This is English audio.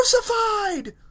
crucified